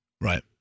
Right